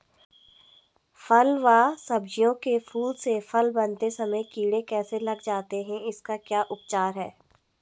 फ़ल व सब्जियों के फूल से फल बनते समय कीड़े कैसे लग जाते हैं इसका क्या उपचार है?